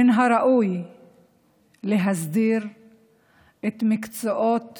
מן הראוי להסדיר את מקצועות